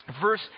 verse